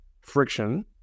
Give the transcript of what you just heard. friction